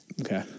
Okay